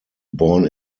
born